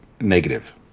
negative